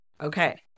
okay